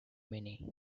many